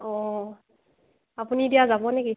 অঁ আপুনি এতিয়া যাব নেকি